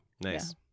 nice